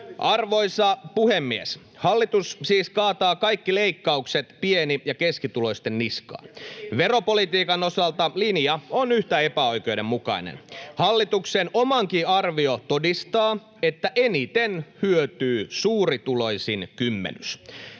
Arvoisa puhemies! Hallitus siis kaataa kaikki leikkaukset pieni- ja keskituloisten niskaan. Veropolitiikan osalta linja on yhtä epäoikeudenmukainen. Hallituksen omakin arvio todistaa, että eniten hyötyy suurituloisin kymmenys.